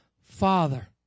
Father